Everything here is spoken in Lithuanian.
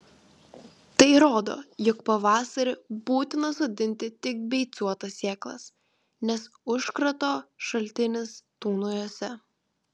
tai rodo jog pavasarį būtina sodinti tik beicuotas sėklas nes užkrato šaltinis tūno jose